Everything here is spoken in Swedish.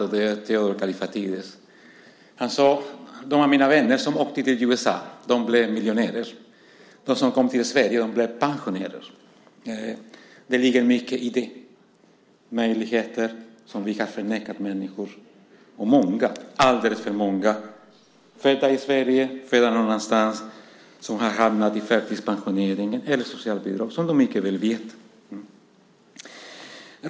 Det var Theodor Kallifatides. Han sade: De av mina vänner som åkte till USA blev miljonärer. De som kom till Sverige blev pensionärer. Det ligger mycket i det - möjligheter som vi har förnekat människor. Det är många, alldeles för många, födda i Sverige eller födda någon annanstans, som har hamnat i förtidspensionering eller har socialbidrag, som du mycket väl vet.